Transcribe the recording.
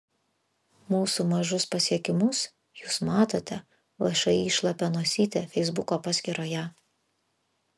mūsų mažus pasiekimus jūs matote všį šlapia nosytė feisbuko paskyroje